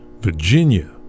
Virginia